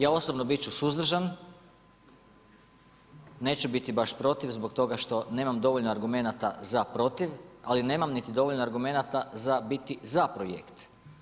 Ja osobno bit ću suzdržan, neću biti baš protiv zbog toga što nemam dovoljno argumenata za protiv, ali nemam niti dovoljno argumenta za biti za projekt.